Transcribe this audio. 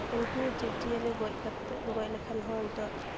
ᱩᱱᱠᱩ ᱡᱤᱵᱽᱼᱡᱤᱭᱟᱹᱞᱤ ᱜᱚᱡ ᱠᱟᱛᱮᱫ ᱜᱚᱡ ᱞᱮᱠᱷᱟᱱ ᱦᱚᱸ ᱱᱤᱛᱚᱜ